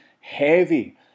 heavy